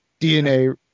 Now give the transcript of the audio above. dna